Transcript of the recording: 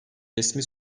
resmi